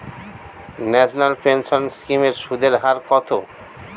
National pension scheme এর সুদের হার কত?